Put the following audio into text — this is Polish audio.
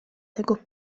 tego